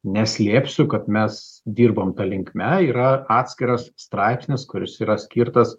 neslėpsiu kad mes dirbom ta linkme yra atskiras straipsnis kuris yra skirtas